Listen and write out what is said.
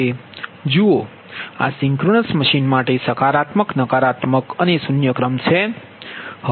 હવે જુઓ આ સિંક્રનસ મશીન માટે સકારાત્મક નકારાત્મક અને શૂન્ય ક્રમ છે